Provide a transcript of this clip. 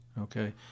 Okay